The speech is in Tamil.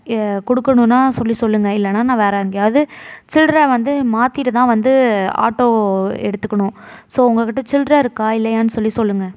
கொடுக்கணுனா சொல்லி சொல்லுங்கள் இல்லைனா நான் வேற எங்கேயாவது சில்லற வந்து மாத்திவிட்டுதான் வந்து ஆட்டோ எடுத்துக்கணும் ஸோ உங்கக்கிட்ட சில்லற இருக்கா இல்லையான்னு சொல்லி சொல்லுங்கள்